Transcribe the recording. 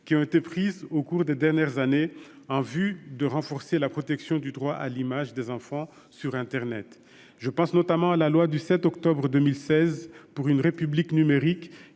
qui ont été prises au cours des dernières années en vue de renforcer la protection du droit à l'image des enfants sur internet. Je pense notamment à la loi du 7 octobre 2016 pour une République numérique,